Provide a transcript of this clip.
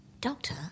Doctor